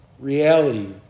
Reality